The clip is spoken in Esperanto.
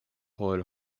por